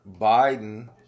Biden